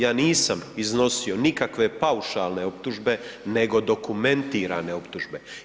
Ja nisam iznosio nikakve paušalne optužbe nego dokumentirane optužbe.